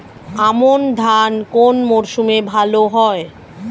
আমন ধান কোন মরশুমে ভাল হয়?